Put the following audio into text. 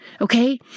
Okay